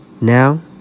now